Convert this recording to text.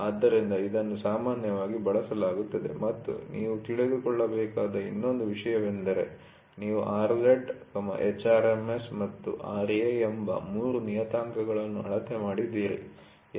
ಆದ್ದರಿಂದ ಇದನ್ನು ಸಾಮಾನ್ಯವಾಗಿ ಬಳಸಲಾಗುತ್ತದೆ ಮತ್ತು ನೀವು ತಿಳಿದುಕೊಳ್ಳಬೇಕಾದ ಇನ್ನೊಂದು ವಿಷಯವೆಂದರೆ ನೀವು Rz hRMS ಮತ್ತು Ra ಎಂಬ ಮೂರು ನಿಯತಾಂಕಗಳನ್ನು ಅಳತೆ ಮಾಡಿದ್ದೀರಿ